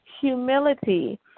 humility